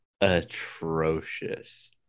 atrocious